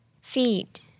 feet